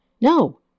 No